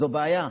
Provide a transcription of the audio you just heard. זו בעיה.